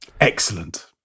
Excellent